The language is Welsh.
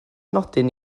nodyn